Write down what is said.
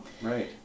right